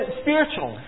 spiritual